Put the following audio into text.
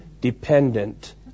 dependent